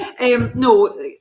no